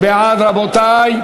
מי בעד, רבותי?